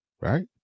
right